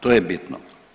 To je bitno.